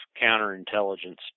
counterintelligence